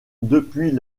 depuis